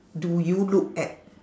do you look at